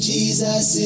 Jesus